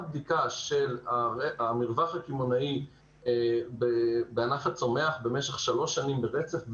בדיקה של המרווח הקמעונאי בענף הצומח במשך שלוש שנים ברצף,